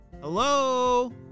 Hello